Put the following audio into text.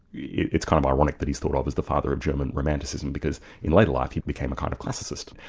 yeah it's kind of ironic that he is thought of as the father of german romanticism, because in later life, he became a kind of classicist.